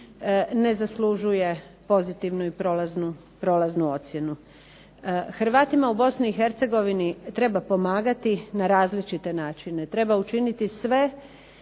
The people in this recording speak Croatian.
ne zaslužuje pozitivnu i prolaznu ocjenu. Hrvatima u BiH treba pomagati na različite načine. Treba učiniti sve